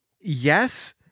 Yes